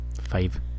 Five